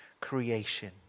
creation